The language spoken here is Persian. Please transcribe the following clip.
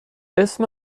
اسم